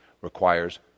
requires